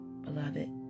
beloved